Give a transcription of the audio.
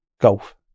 golf